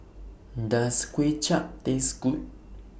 Does Kway Chap Taste Good